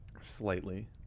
slightly